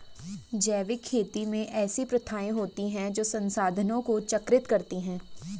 जैविक खेती में ऐसी प्रथाएँ होती हैं जो संसाधनों को चक्रित करती हैं